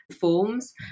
forms